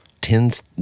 tends